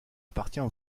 appartient